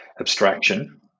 abstraction